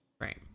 Right